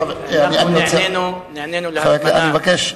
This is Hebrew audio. אני מבקש.